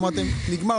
אמרתם: נגמר,